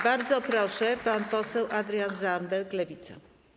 Bardzo proszę, pan poseł Adrian Zandberg, Lewica.